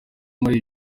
muri